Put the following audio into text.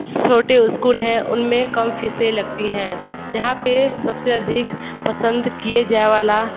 छोटे स्कूल हैं उनमें कम फ़ीसें लगती हैं यहाँ पे सबसे अधिक पसंद किए जाने वाला